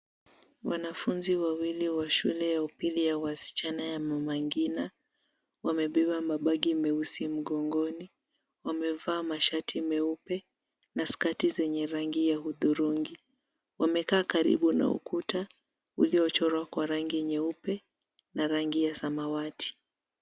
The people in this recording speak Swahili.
Wanafunzi wawili wa shule ya upili ya wasichana ya Mama Ngina wamebeba mabagi meusi mgongoni. Wamevaa mashati meupe na skati zenye rangi ya hudhurungi, wamekaa karibu na ukuta uliochorwa kwa rangi nyeupe na rangi ya samawati.